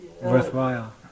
worthwhile